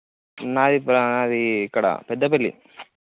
నాది ఇప్పుడు నాది ఇక్కడ పెద్దపెల్లి